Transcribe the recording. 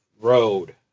road